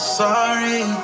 sorry